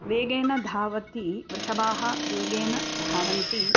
वेगेन धावति वृषभाः वेगेन धावन्ति